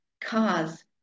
cars